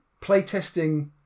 playtesting